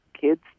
kids